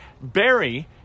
Barry